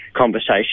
Conversation